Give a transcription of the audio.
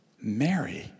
Mary